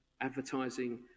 Advertising